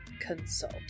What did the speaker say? consult